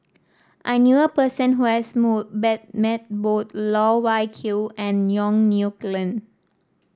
I knew a person who has move bet met both Loh Wai Kiew and Yong Nyuk Lin